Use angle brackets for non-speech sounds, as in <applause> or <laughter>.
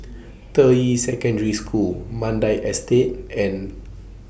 <noise> Deyi Secondary School Mandai Estate and